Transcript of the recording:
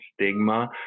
stigma